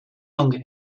longer